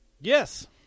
Yes